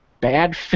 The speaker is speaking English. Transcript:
bad